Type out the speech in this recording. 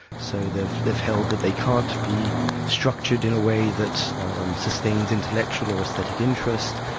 so they've they've held that they can't be structured in a way that sustains intellectual or aesthetic interest,